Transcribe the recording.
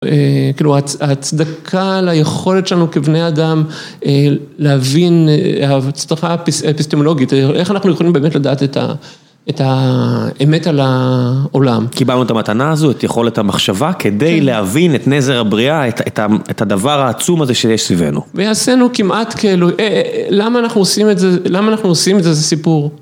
כאילו, הצדקה על היכולת שלנו כבני אדם להבין, הצדקה האפיסטמולוגית, איך אנחנו יכולים באמת לדעת את האמת על העולם. קיבלנו את המתנה הזו, את יכולת המחשבה, כדי להבין את נזר הבריאה, את הדבר העצום הזה שיש סביבנו. ועשינו כמעט כאילו, למה אנחנו עושים את זה, למה אנחנו עושים את זה, זה סיפור.